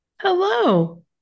Hello